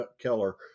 Keller